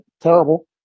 terrible